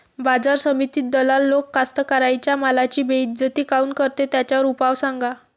बाजार समितीत दलाल लोक कास्ताकाराच्या मालाची बेइज्जती काऊन करते? त्याच्यावर उपाव सांगा